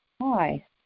Hi